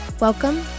Welcome